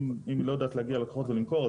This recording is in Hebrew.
אם היא לא יודעת להגיע ללקוחות ולמכור,